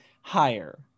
Higher